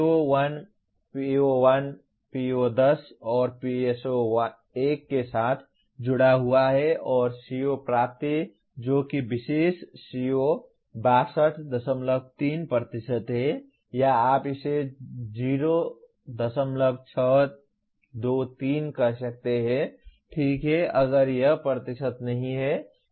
CO1 PO1 PO10 और PSO1 के साथ जुड़ा हुआ है और CO प्राप्ति जो कि विशेष CO 623 है या आप इसे 0623 कह सकते हैं ठीक है अगर यह प्रतिशत नहीं है